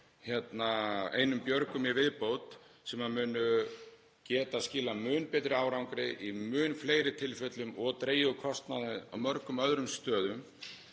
inn björgum í viðbót sem geta skilað mun betri árangri í mun fleiri tilfellum og dregið úr kostnaði á mörgum öðrum stöðum.